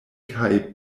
kaj